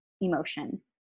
emotion